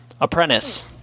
apprentice